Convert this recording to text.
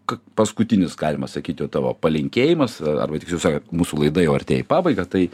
kad paskutinis galima sakyti jau tavo palinkėjimas arba tiksiau sakant mūsų laida jau artėja į pabaigą tai